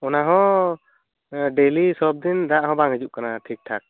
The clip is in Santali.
ᱚᱱᱟ ᱦᱚᱸ ᱰᱮᱞᱤ ᱥᱚᱵᱫᱤᱱ ᱫᱟᱜ ᱦᱚᱸ ᱵᱟᱝ ᱦᱤᱡᱩᱜ ᱠᱟᱱᱟ ᱴᱷᱤᱠ ᱴᱷᱟᱠ